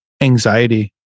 anxiety